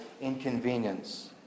inconvenience